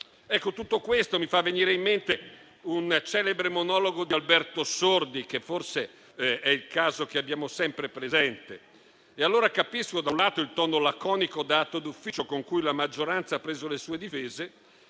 Tutto questo mi fa venire in mente un celebre monologo di Alberto Sordi, che forse è il caso di avere sempre presente. Capisco allora, da un lato, il tono laconico da atto d'ufficio con cui la maggioranza ha preso le sue difese;